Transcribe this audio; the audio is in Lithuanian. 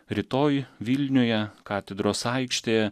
rytoj vilniuje katedros aikštėje